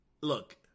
Look